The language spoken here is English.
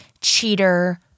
cheater